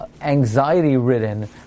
anxiety-ridden